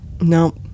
No